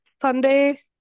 Sunday